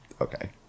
okay